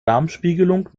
darmspiegelung